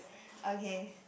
okay